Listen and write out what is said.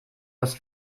goss